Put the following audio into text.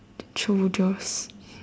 soldiers